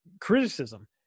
criticism